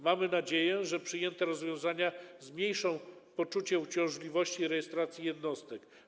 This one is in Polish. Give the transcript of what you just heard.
Mamy nadzieję, że przyjęte rozwiązania zmniejszą poczucie uciążliwości rejestracji jednostek.